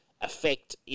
affect